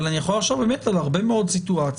אבל אני יכול לחשוב על הרבה מאוד סיטואציות